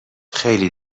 خیلی